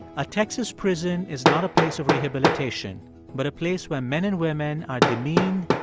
a texas prison is not a place of rehabilitation but a place where men and women are demeaned,